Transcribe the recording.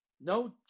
No